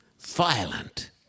violent